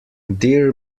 dear